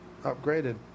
Upgraded